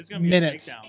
minutes